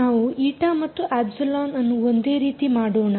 ನಾವು η ಮತ್ತು ε ಅನ್ನು ಒಂದೇ ರೀತಿ ಮಾಡೋಣ